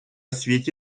світі